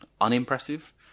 unimpressive